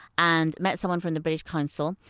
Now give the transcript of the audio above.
and met someone from the british consul,